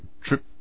trip